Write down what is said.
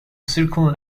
circle